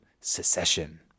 secession